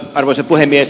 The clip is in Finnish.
arvoisa puhemies